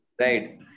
right